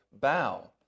bow